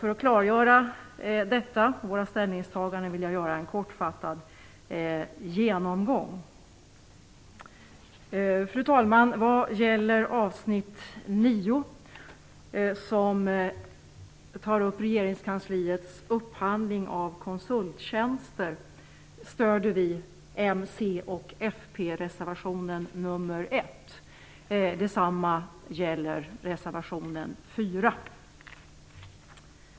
För att klargöra våra ställningstaganden vill jag göra en kortfattad genomgång. Fru talman! Vad gäller avsnitt 9, som tar upp regeringskansliets upphandling av konsulttjänster, stöder vi m-, c och fp-reservation nr 1. Detsamma gäller reservation nr 4.